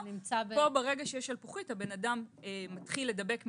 פה ברגע שיש שלפוחית הבן אדם מתחיל לדבק.